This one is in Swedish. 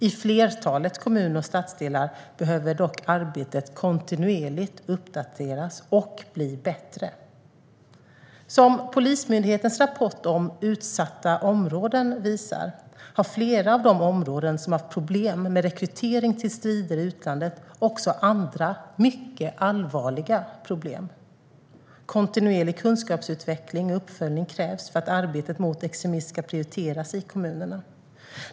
I flertalet kommuner och stadsdelar behöver dock arbetet kontinuerligt uppdateras och bli bättre. Som Polismyndighetens rapport om utsatta områden visar har flera av de områden som haft problem med rekrytering till strider i utlandet också andra mycket allvarliga problem. Kontinuerlig kunskapsutveckling och uppföljning krävs för att arbetet mot extremism ska prioriteras i kommunerna.